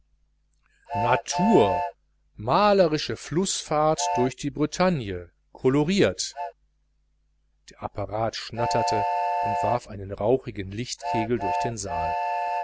natur malerische flussfahrt durch die bretagne koloriert der apparat schnatterte und warf einen rauchigen lichtkegel durch den saal